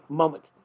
moment